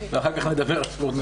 ואחר-כך נדבר על ספורט נשים.